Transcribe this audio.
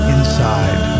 Inside